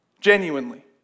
genuinely